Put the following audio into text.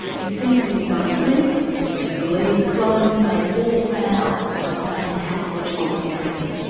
he's seen it in his own clinic and he believes clones may fall foul to the same pathological parenting.